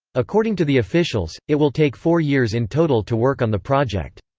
according to the officials, it will take four years in total to work on the project.